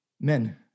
Men